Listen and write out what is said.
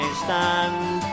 stand